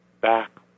back